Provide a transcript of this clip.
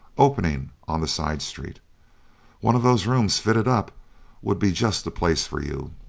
opening on the side street one of those rooms fitted up would be just the place for you.